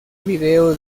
video